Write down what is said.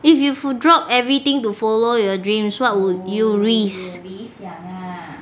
if you drop everything to follow your dreams what would you risk